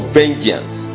vengeance